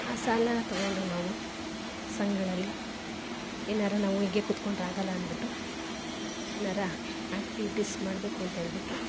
ಆ ಸಾಲ ತಗೊಂಡು ನಾವೂ ಸಂಘಗಳಲ್ಲಿ ಏನಾರ ನಾವು ಹೀಗೆ ಕೂತ್ಕೊಂಡ್ರೆ ಆಗಲ್ಲ ಅಂದ್ಬಿಟ್ಟು ಏನಾರ ಆ್ಯಕ್ಟಿವಿಟೀಸ್ ಮಾಡಬೇಕು ಅಂತ್ಹೇಳ್ಬಿಟ್ಟು